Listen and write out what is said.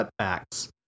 cutbacks